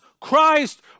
Christ